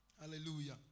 Hallelujah